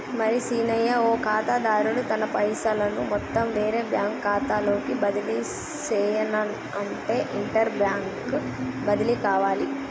మరి సీనయ్య ఓ ఖాతాదారుడు తన పైసలను మొత్తం వేరే బ్యాంకు ఖాతాలోకి బదిలీ సెయ్యనఅంటే ఇంటర్ బ్యాంక్ బదిలి కావాలి